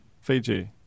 Fiji